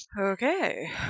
Okay